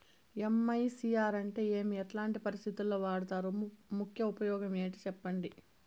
MICR అంటే ఏమి? ఎట్లాంటి పరిస్థితుల్లో వాడుతారు? ముఖ్య ఉపయోగం ఏంటి సెప్పండి?